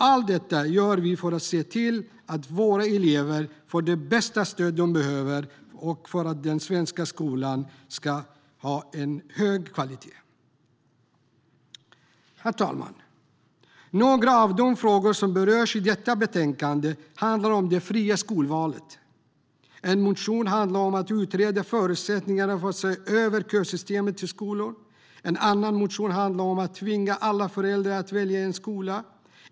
Allt detta gör vi för att se till att våra elever får det bästa stöd som de behöver och för att den svenska skolan ska ha en hög kvalitet. Herr talman! Några av de frågor som berörs i detta betänkande handlar om det fria skolvalet. En motion handlar om att utreda förutsättningarna för att se över kösystemet till skolor. En annan motion handlar om att tvinga alla föräldrar att välja en skola.